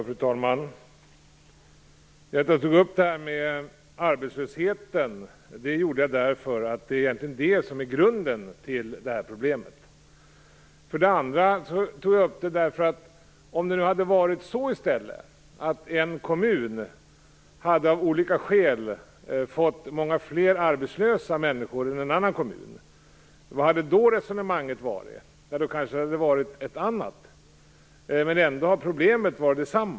Fru talman! Anledningen till att jag tog upp detta med arbetslösheten var att det egentligen är den som är grunden till detta problem. Om det i stället hade varit så att en kommun av olika skäl hade fått många fler arbetslösa människor än en annan kommun, vilket hade då resonemanget varit? Jo, det kanske hade varit ett annat, men problemet hade ändå varit detsamma.